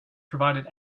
provided